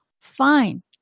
Fine